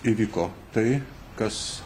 įvyko tai kas